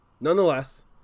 Nonetheless